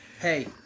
hey